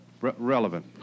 Relevant